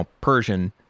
Persian